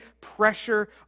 pressure